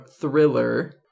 thriller